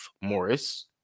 Morris